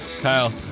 Kyle